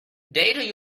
did